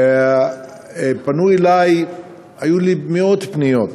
היו אלי מאות פניות,